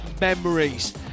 memories